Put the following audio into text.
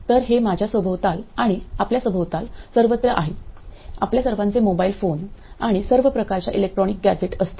तर हे माझ्या सभोवताल आणि आपल्या सभोवताल सर्वत्र आहे आपल्या सर्वांचे मोबाइल फोन आणि सर्व प्रकारच्या इलेक्ट्रॉनिक गॅझेट असतील